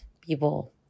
people